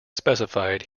specified